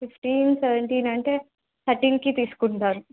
fifteen seventeen అంటే థర్టీన్కి తీసుకుంటారు